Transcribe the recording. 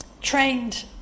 trained